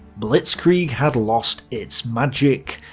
blitzkrieg had lost its magic.